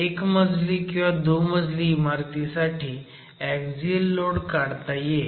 एकमजली किंवा दुमजली इमारतीसाठी एक्झिअल लोड काढता येईल